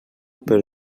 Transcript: per